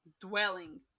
dwelling